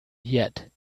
yet